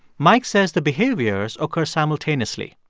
mike says the behaviors occur simultaneously.